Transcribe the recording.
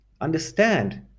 understand